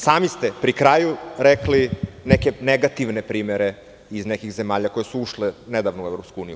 Sami ste pri kraju rekli neke negativne primere iz nekih zemalja koje su ušle nedavno u EU.